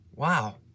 Wow